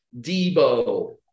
Debo